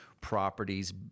properties